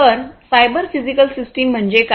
तर cyber physical system म्हणजे काय